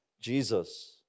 jesus